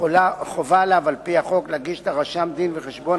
וחובה עליו על-פי החוק להגיש לרשם דין-וחשבון